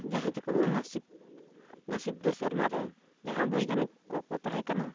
ᱡᱟᱦᱟᱸ ᱪᱮᱠᱚ ᱢᱮᱱᱟ ᱱᱟᱹᱥᱤᱵ ᱱᱟᱹᱥᱤᱵ ᱫᱚ ᱥᱮᱨᱢᱟ ᱨᱮ ᱡᱟᱦᱟᱸ ᱵᱳᱭᱜᱟᱱᱤᱠ ᱠᱚᱠᱚ ᱛᱟᱦᱮᱸ ᱠᱟᱱᱟ